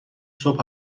صبح